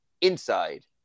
inside